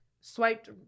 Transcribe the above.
swiped